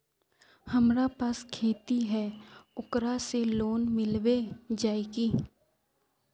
हमरा पास खेती है ओकरा से लोन मिलबे जाए की?